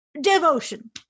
devotion